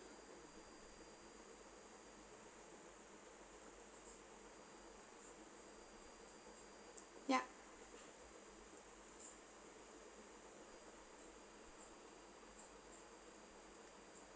ya